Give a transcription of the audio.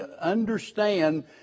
understand